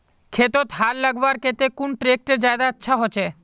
खेतोत हाल लगवार केते कुन ट्रैक्टर ज्यादा अच्छा होचए?